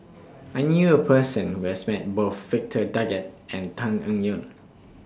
I knew A Person Who has Met Both Victor Doggett and Tan Eng Yoon